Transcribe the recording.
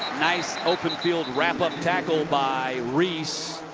nice open field wrap-up tackle by reese.